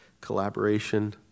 collaboration